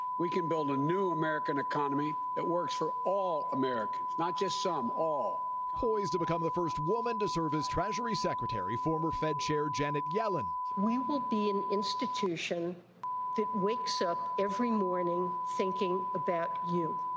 we can build a new american economy that works for all americans, not just some, all. reporter poised to become the first woman to serve as treasury secretary, former fed chair janet yellen. we will be an institution that wakes up every morning thinking about you.